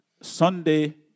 Sunday